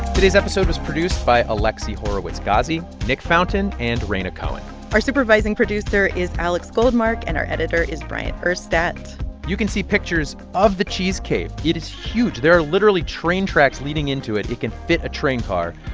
today's episode was produced by alexi horowitz-ghazi, nick fountain and rhaina cohen our supervising producer is alex goldmark, and our editor is bryant urstadt you can see pictures of the cheese cave. it is huge. there are literally train tracks leading into it. it can fit a train car.